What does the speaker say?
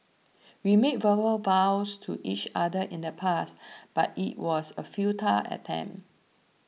we made verbal vows to each other in the past but it was a futile attempt